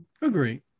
agree